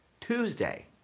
Tuesday